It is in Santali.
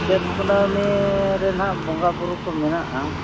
ᱪᱟᱹᱛ ᱠᱩᱱᱟᱹᱢᱤᱻ ᱨᱮ ᱱᱟᱦᱟᱜ ᱵᱚᱸᱜᱟᱵᱩᱨᱩ ᱠᱚ ᱢᱮᱱᱟᱜᱼᱟ